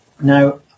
now